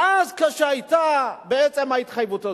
ואז, כשהיתה בעצם ההתחייבות הזו,